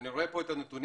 אני רואה פה את הנתונים,